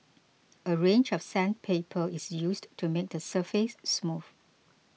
a range of sandpaper is used to make the surface smooth